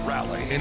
Rally